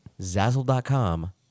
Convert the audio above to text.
Zazzle.com